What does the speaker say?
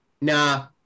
nah